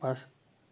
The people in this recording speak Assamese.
বাছ